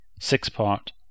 six-part